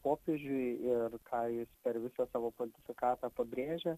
popiežiui ir ką jis per visą savo pontifikatą pabrėžia